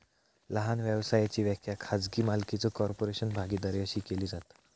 लहान व्यवसायाची व्याख्या खाजगी मालकीचो कॉर्पोरेशन, भागीदारी अशी केली जाता